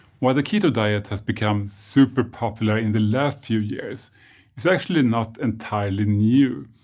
why the keto diet has become super popular in the last few years is actually not entirely new.